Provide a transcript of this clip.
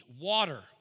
water